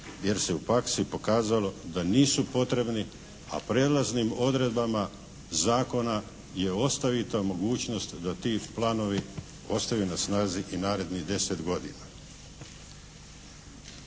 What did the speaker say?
jer se u praksi pokazalo da nisu potrebni a prelaznim odredbama zakona je ostavita mogućnost da ti planovi ostaju na snazi i narednih deset godina.